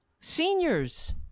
Seniors